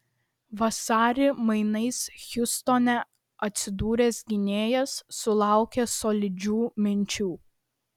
vasarį mainais hjustone atsidūręs gynėjas sulaukė solidžių minučių